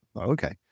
Okay